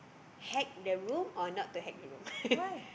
hack the room or not to hack the room